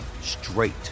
straight